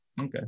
Okay